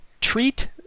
treat